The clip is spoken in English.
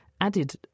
added